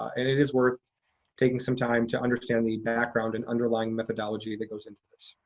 and it is worth taking some time to understand the background and underlying methodology that goes into this.